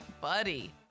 buddy